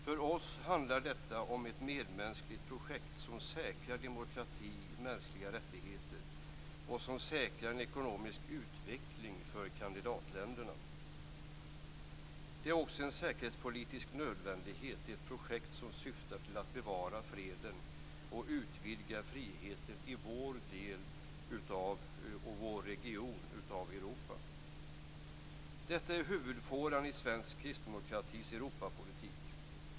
För oss handlar det om ett medmänskligt projekt som säkrar demokrati och mänskliga rättigheter och som säkrar en ekonomisk utveckling för kandidatländerna. Det är också en säkerhetspolitisk nödvändighet med ett projekt som syftar till att bevara freden och utvidga friheten i vår region av Detta är huvudfåran i svensk kristdemokratisk Europapolitik.